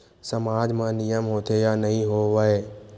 सामाज मा नियम होथे या नहीं हो वाए?